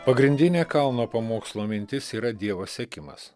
pagrindinė kalno pamokslo mintis yra dievo siekimas